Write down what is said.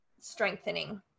strengthening